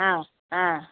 ആ ആ